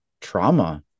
trauma